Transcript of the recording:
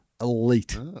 Elite